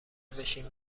بشین